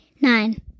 Nine